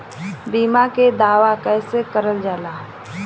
बीमा के दावा कैसे करल जाला?